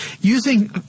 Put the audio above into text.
using